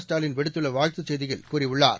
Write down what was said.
ஸ்டாலின் விடுத்துள்ள வாழ்த்துச் செய்தியில் கூறியுள்ளார்